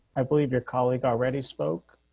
i believe your colleague already spoke